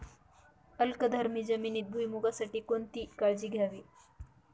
अल्कधर्मी जमिनीत भुईमूगासाठी कोणती काळजी घ्यावी?